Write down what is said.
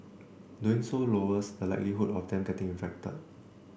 doing so lowers the likelihood of them getting infected